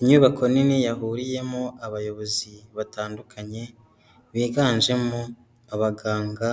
Inyubako nini yahuriyemo abayobozi batandukanye, biganjemo abaganga